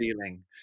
feeling